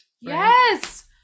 yes